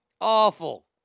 Awful